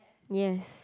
yes